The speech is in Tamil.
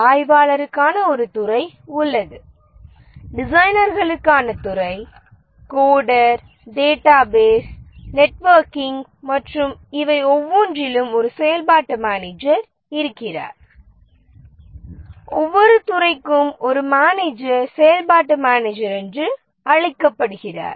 ஆய்வாளருக்கான ஒரு துறை உள்ளது டிசைனர்களுக்கான துறை கோடர் டேட்டாபேஸ் நெட்வொர்க்கிங் மற்றும் இவை ஒவ்வொன்றிலும் ஒரு செயல்பாட்டு மேனேஜர் இருக்கிறார் ஒவ்வொரு துறைக்கும் ஒரு மேனேஜர் செயல்பாட்டு மேனேஜர் என்று அழைக்கப்படுகிறார்